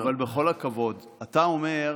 אבל בכל הכבוד, אתה אומר: